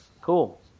Cool